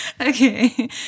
Okay